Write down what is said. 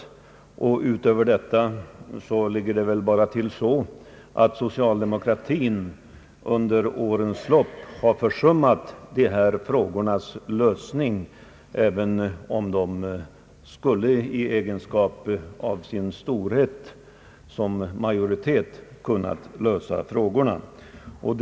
Socialdemokratin har under årens lopp försummat att lösa dessa frågor, även om socialdemokraterna i kraft av sin storhet som majoritetsparti skulle kunnat lösa dem.